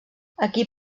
aquí